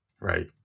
Right